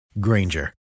Granger